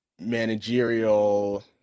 managerial